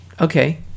okay